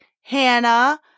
Hannah